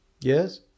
Yes